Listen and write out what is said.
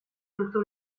duzu